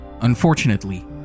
Unfortunately